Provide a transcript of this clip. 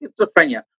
schizophrenia